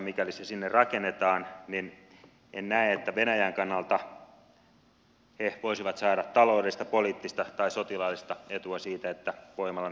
mikäli se sinne rakennetaan en näe että venäjän kannalta he voisivat saada taloudellista poliittista tai sotilaallista etua siitä että voimalan toimintaa häiritään